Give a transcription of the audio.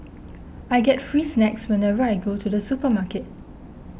I get free snacks whenever I go to the supermarket